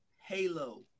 Halo